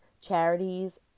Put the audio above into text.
charities